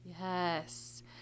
Yes